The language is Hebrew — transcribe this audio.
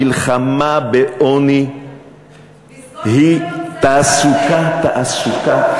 המלחמה בעוני היא תעסוקה, תעסוקה, חינוך, חינוך.